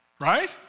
right